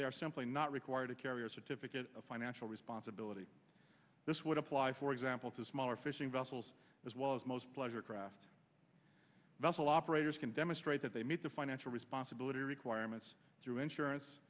are simply not required to carry a certificate of financial responsibility this would apply for example to smaller fishing vessels as well as most pleasure craft vessel operators can demonstrate that they meet the financial responsibility requirements through insurance